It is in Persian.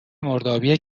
مردابی